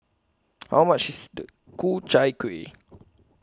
How much IS The Ku Chai Kueh